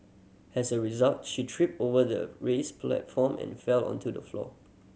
has a result she tripped over the raised platform and fell onto the floor